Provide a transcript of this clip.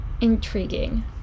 intriguing